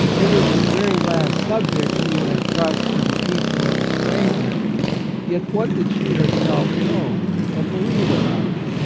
it was the very last subject she would entrust to the teaching of a stranger yet what did she her self know or believe about it?